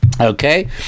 okay